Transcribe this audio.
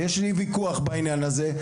ויש לי ויכוח בעניין הזה,